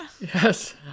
Yes